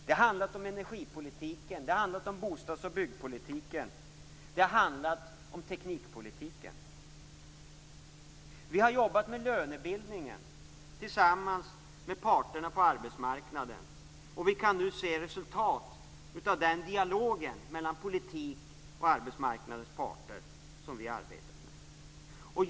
Det har handlat om energipolitiken, om bostadspolitiken, om byggpolitiken och om teknikpolitiken. Vi har jobbat med lönebildningen tillsammans med parterna på arbetsmarknaden. Vi kan nu se resultat av dialogen mellan politik och arbetsmarknadens parter som vi har arbetat med.